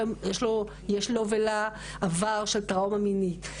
יש לו ולה עבר של טראומה מינית.